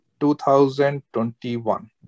2021